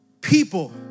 people